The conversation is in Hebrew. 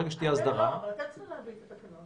כשתהיה הסדרה